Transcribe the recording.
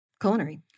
culinary